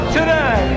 Today